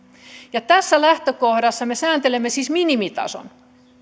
ja tästä lähtökohdasta me sääntelemme siis minimitason